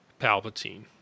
Palpatine